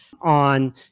on